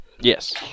Yes